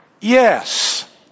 Yes